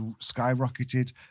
skyrocketed